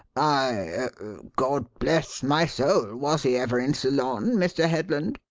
i er god bless my soul, was he ever in ceylon, mr. headland?